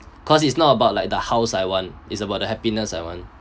cause it's not about like the house I want is about the happiness I want